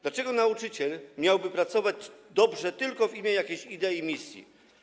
Dlaczego nauczyciel miałby pracować dobrze tylko w imię jakiejś idei, misji?